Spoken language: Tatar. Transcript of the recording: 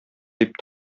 дип